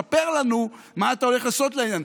ספר לנו מה אתה הולך לעשות בעניין.